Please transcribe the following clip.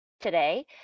today